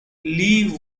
lee